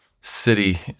city